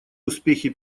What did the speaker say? успехи